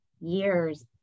years